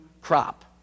crop